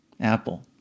Apple